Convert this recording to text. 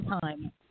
time